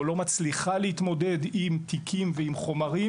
או לא מצליחה להתמודד עם תיקים ועם חומרים,